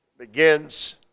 Begins